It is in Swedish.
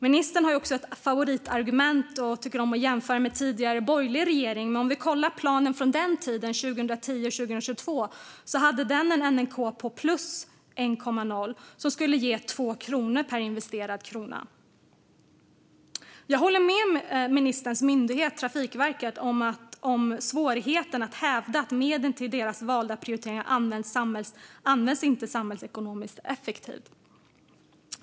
Ministern har också ett favoritargument och tycker om att jämföra med tidigare borgerlig regering. Om vi tittar på planen från den tiden, 2010-2022, hade den en NNK på plus 1,0, som skulle ge 2 kronor per investerad krona. Jag håller med ministerns myndighet Trafikverket om svårigheten att hävda att medlen till deras valda prioriteringar används på ett samhällsekonomiskt effektivt sätt.